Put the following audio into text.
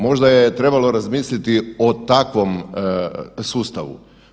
Možda je trebalo razmisliti o takvom sustavu.